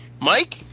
Mike